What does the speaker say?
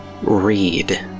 read